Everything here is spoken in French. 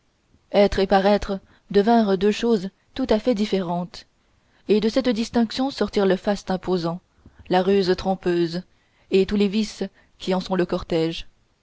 être et paraître devinrent deux choses tout à fait différentes et de cette distinction sortirent le faste imposant la ruse trompeuse et tous les vices qui en sont le cortège